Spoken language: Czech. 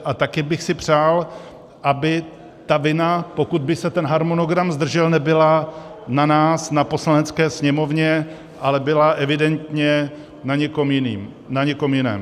A taky bych si přál, aby ta vina, pokud by se ten harmonogram zdržel, nebyla na nás, na Poslanecké sněmovně, ale byla evidentně na někom jiném.